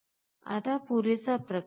आता पुरेसा प्रकाश आहे